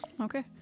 okay